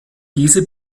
diese